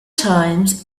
times